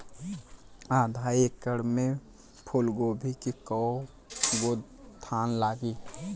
आधा एकड़ में फूलगोभी के कव गो थान लागी?